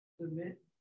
Submit